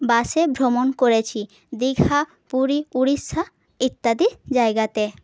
বাসে ভ্রমণ করেছি দীঘা পুরী উড়িষ্যা ইত্যাদি জায়গাতে